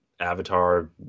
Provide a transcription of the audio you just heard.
Avatar